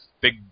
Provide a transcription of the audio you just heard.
big